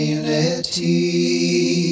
unity